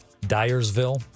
Dyersville